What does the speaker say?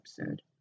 episode